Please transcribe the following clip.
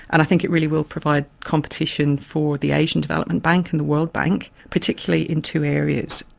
and i think it really will provide competition for the asian development bank and the world bank, particularly in two areas.